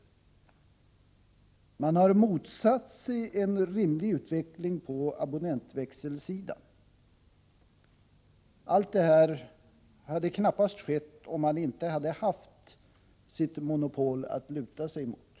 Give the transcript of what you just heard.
Televerket har motsatt sig en rimlig utveckling på abonnentväxelsidan. Allt detta hade knappast skett om inte televerket haft sitt monopol att luta sig emot.